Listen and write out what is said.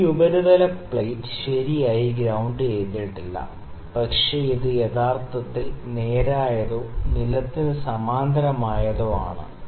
ഈ ഉപരിതല പ്ലേറ്റ് ശരിയായി ഗ്രൌണ്ട് ചെയ്തിട്ടില്ല പക്ഷേ ഇത് യഥാർത്ഥത്തിൽ നേരായതോ നിലത്തിന് സമാന്തരമോ ആണ്